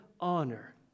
honor